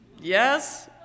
Yes